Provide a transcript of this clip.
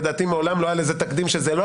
לדעתי מעולם לא היה לזה תקדים שזה לא